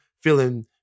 feeling